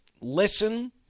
listen